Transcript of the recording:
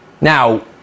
Now